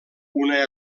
una